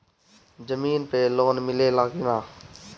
जमीन पे लोन मिले ला की ना?